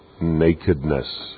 nakedness